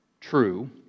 true